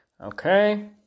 Okay